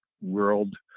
world